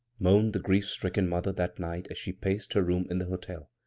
moaned the grief-stricken mother that night as she paced her room in the hotel.